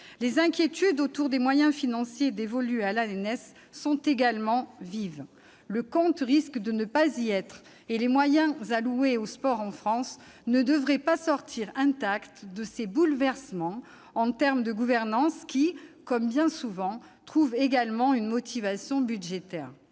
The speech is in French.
Les inquiétudes autour des moyens financiers dévolus à l'ANS sont également vives. Le compte risque de ne pas y être. Les ressources allouées au sport en France ne devraient pas sortir intactes de ces bouleversements en matière de gouvernance, qui, comme bien souvent, ont également une motivation budgétaire.